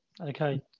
Okay